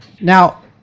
Now